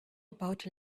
about